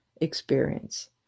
experience